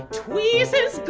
tweezers